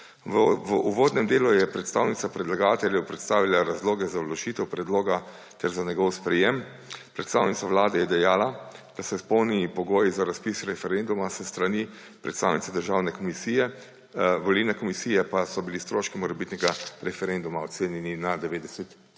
V uvodnem delu je predstavnica predlagateljev predstavila razloge za vložitev predloga ter za njegovo sprejetje. Predstavnica Vlade je dejala, da so izpolnjeni pogoji za razpis referenduma; s strani predstavnice Državne volilne komisije pa so bili stroški morebitnega referenduma ocenjeni na 90